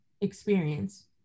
experience